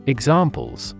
Examples